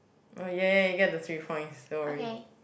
oh ya ya ya you get the three points don't worry